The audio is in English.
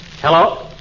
Hello